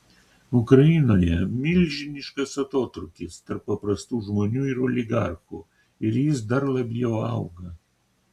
ukrainoje milžiniškas atotrūkis tarp paprastų žmonių ir oligarchų ir jis dar labiau auga